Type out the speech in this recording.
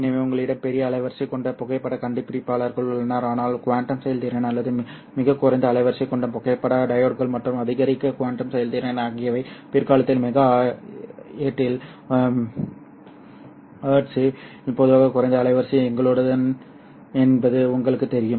எனவே உங்களிடம் பெரிய அலைவரிசை கொண்ட புகைப்படக் கண்டுபிடிப்பாளர்கள் உள்ளனர் ஆனால் குவாண்டம் செயல்திறன் அல்லது மிகக் குறைந்த அலைவரிசை கொண்ட புகைப்பட டையோட்கள் மற்றும் அதிகரித்த குவாண்டம் செயல்திறன் ஆகியவை பிற்காலத்தில் மெகா ஹெர்ட்ஸில் பொதுவாக குறைந்த அலைவரிசை எங்குள்ளது என்பது உங்களுக்குத் தெரியும்